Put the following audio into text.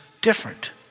Different